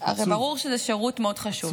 הרי ברור שזה שירות מאוד חשוב.